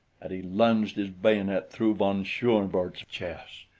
and he lunged his bayonet through von schoenvorts' chest.